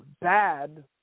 bad